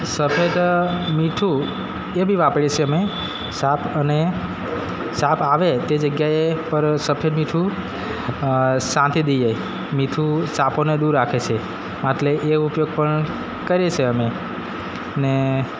સફેદ મીઠું એ બી વાપરીએ છીએ અમે સાપ અને સાપ આવે તે જગ્યાએ પર સફેદ મીઠું છાંટી દઈએ જાય મીઠું સાપોને દૂર રાખે સે આટલે એ ઉપયોગ પણ કરીએ છીએ અમે ને